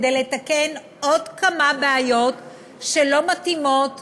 כדי לתקן עוד כמה בעיות שלא מתאימות לזמננו.